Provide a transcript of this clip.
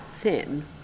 thin